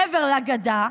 מעבר לגדה,